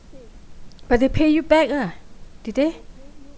but they pay you back lah did they